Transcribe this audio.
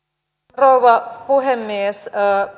rouva puhemies